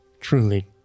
Truly